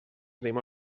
tenim